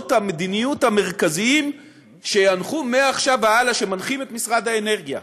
מעקרונות המדיניות המרכזיים שמנחים מעכשיו והלאה את משרד האנרגיה.